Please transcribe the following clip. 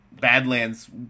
Badlands